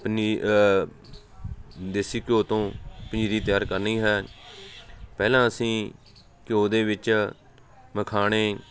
ਪਨੀ ਦੇਸੀ ਘਿਓ ਤੋਂ ਪੰਜੀਰੀ ਤਿਆਰ ਕਰਨੀ ਹੈ ਪਹਿਲਾਂ ਅਸੀਂ ਘਿਓ ਦੇ ਵਿੱਚ ਮਖਾਣੇ